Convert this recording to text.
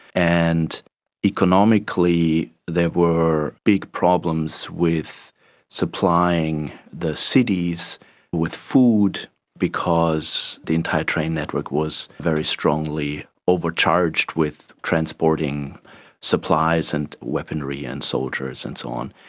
and economically there were big problems with supplying the cities with food because the entire train network was very strongly overcharged with transporting supplies and weaponry and soldiers and so on.